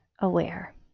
aware